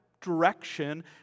direction